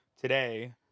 today